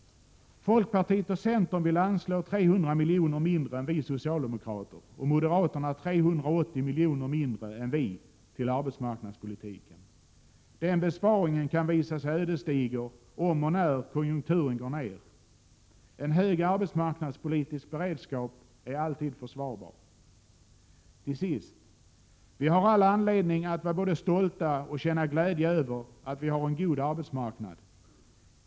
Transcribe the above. Folkpartiet och centern vill anslå 300 milj.kr. mindre och moderaterna 380 milj.kr. mindre än vi socialdemokrater till arbetsmarknadspolitiken. Den besparingen kan visa sig ödesdiger om och när konjunkturen går ned. En hög arbetsmarknadspolitisk beredskap är alltid försvarbar. Till sist: Vi har all anledning att både vara stolta och känna glädje över att vi har en god arbetsmarknad.